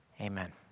Amen